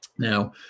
now